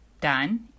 Done